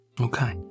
Okay